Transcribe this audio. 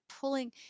pulling